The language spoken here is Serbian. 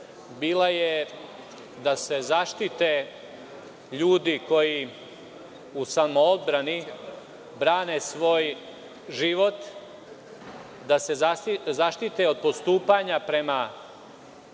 bila je da se zaštite ljudi koji u samoodbrani brane svoj život, da se zaštite od postupanja prema